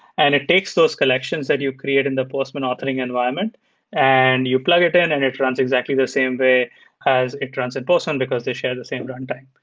and it takes those collections that you create in the postman authoring environment and you plug it in and it runs exactly the same way as it runs in postman, because they share the same runtime.